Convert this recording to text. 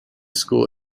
school